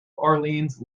orleans